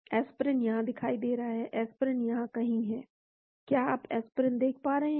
aspirin यहाँ दिखाई दे रहा है एस्पिरिन यहाँ कहीं है क्या आप एस्पिरिन देख पा रहे हैं